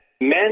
men